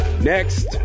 next